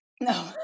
No